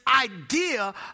idea